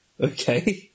Okay